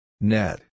Net